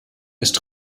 ist